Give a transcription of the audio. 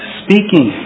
speaking